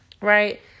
Right